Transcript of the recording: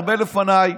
הרבה לפניי,